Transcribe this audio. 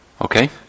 okay